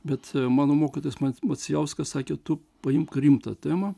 bet mano mokytojas macn macijauskas sakė tu paimk rimtą temą